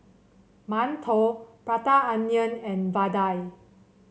mantou Prata Onion and vadai